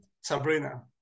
Sabrina